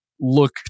look